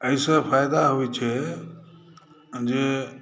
एहिसँ फायदा होइत छै जे